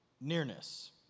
nearness